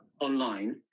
online